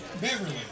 Beverly